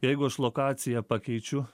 jeigu aš lokaciją pakeičiu